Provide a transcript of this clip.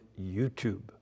YouTube